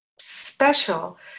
special